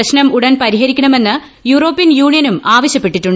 പ്രശ്നം ഉടൻ പരിഹരിക്കണമെന്ന് യുറോപ്യൻ യൂണിയനും ആവശ്യപ്പെട്ടു